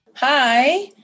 Hi